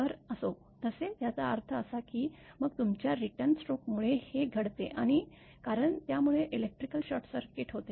तर असो तसे याचा अर्थ असा की मग तुमच्या रिटर्न स्ट्रोकमुळे हे घडते कारण त्यामुळे इलेक्ट्रिकल शॉर्टसर्किट होते